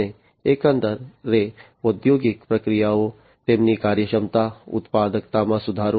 અને એકંદરે ઔદ્યોગિક પ્રક્રિયાઓ તેમની કાર્યક્ષમતા ઉત્પાદકતામાં સુધારો